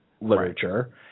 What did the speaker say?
literature